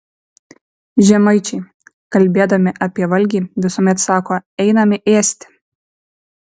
žemaičiai kalbėdami apie valgį visuomet sako einame ėsti